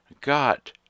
Got